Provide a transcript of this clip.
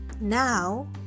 Now